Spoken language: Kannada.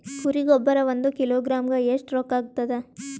ಕುರಿ ಗೊಬ್ಬರ ಒಂದು ಕಿಲೋಗ್ರಾಂ ಗ ಎಷ್ಟ ರೂಕ್ಕಾಗ್ತದ?